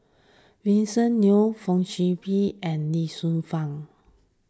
Vincent Leow Fong Sip Chee and Lee Shu Fen